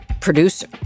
producer